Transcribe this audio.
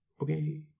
okay